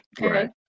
Right